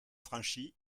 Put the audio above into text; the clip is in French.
franchies